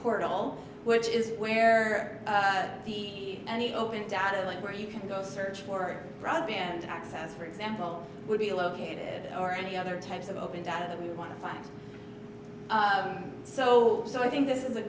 portal which is where the any open data link where you can go search for broadband access for example would be located or any other types of open data that we want to find so so i think this is a